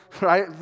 Right